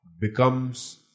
becomes